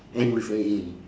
end with a A